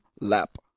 lap